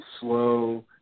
slow